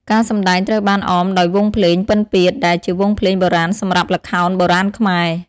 ការសម្ដែងត្រូវបានអមដោយវង់ភ្លេង ពិណពាទ្យ ដែលជាវង់ភ្លេងបុរាណសម្រាប់ល្ខោនបុរាណខ្មែរ ។